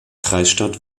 kreisstadt